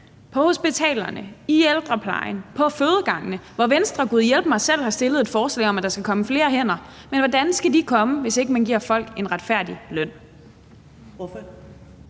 på hospitalerne, i ældreplejen, på fødegangene, hvor Venstre gudhjælpemig selv har fremsat et forslag om, at der kommer flere hænder. Men hvordan skal de komme, hvis ikke man giver folk en retfærdig løn?